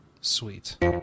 sweet